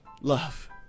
love